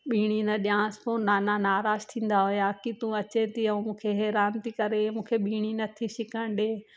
बीड़ी न ॾियांसि पोइ नाना नाराज़ थींदा हुया की तूं अचे थी ऐं मूंखे हैरान थी करे मूंखे बींड़ी नथी छिकण ॾे